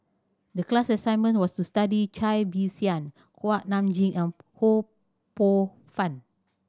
the class assignment was to study Cai Bixia Kuak Nam Jin and Ho Poh Fun